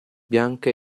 bianca